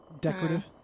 Decorative